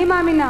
אני מאמינה